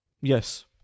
Yes